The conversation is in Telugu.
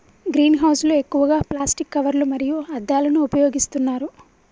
గ్రీన్ హౌస్ లు ఎక్కువగా ప్లాస్టిక్ కవర్లు మరియు అద్దాలను ఉపయోగిస్తున్నారు